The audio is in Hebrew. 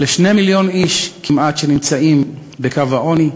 ל-2 מיליון איש כמעט שנמצאים בקו העוני,